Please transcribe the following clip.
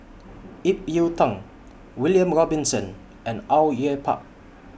Ip Yiu Tung William Robinson and Au Yue Pak